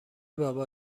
بابا